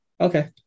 Okay